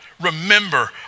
remember